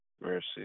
Mercy